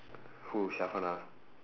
who